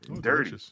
Dirty